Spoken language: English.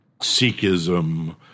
Sikhism